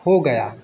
हो गया